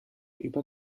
über